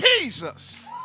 Jesus